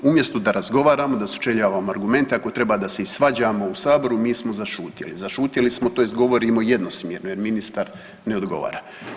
Umjesto da razgovaramo, da sučeljavamo argumente, ako trebamo da se i svađamo u saboru mi smo zašutjeli, zašutjeli smo tj. govorimo jednosmjerno jer ministar ne odgovara.